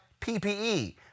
PPE